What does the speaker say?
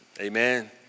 amen